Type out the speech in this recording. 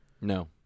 No